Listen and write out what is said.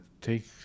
take